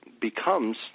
becomes